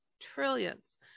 trillions